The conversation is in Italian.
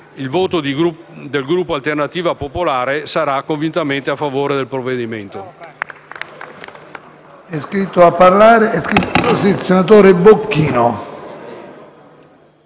il voto del Gruppo Alternativa Popolare sarà convintamente a favore del provvedimento.